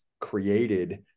created